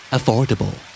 Affordable